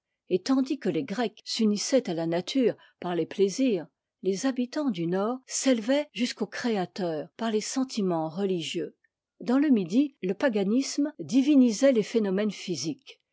et tandis que les grecs s'unissaient à la nature par les plaisirs les habitants du nord s'élevaient jusqu'au créateur par les sentiments religieux dans le midi te paganisme divinisait les phénomènes physiques